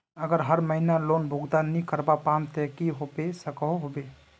अगर हर महीना लोन भुगतान नी करवा पाम ते की होबे सकोहो होबे?